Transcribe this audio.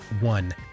one